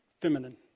feminine